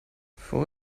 vor